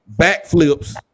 backflips